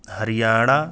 Haryana